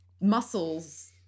muscles